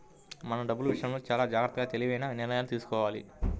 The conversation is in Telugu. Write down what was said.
మనం డబ్బులు విషయంలో చానా జాగర్తగా తెలివైన నిర్ణయాలను తీసుకోవాలి